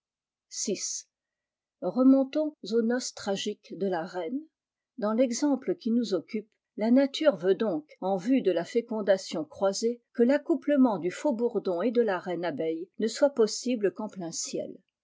remontons aux noces tragiques de la reine dans l'exemple qui nous occupe la nature veut donc en vue de la fécondation croisée que l'accouplement du faux-bourdon et de la reine abeille ne soit possible qu'en plein ciel